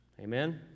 Amen